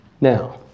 Now